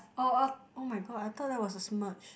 oh uh [oh]-my-god I thought that was a smudge